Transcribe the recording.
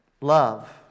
Love